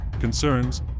concerns